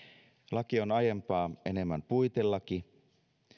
laki on aiempaa enemmän puitelaki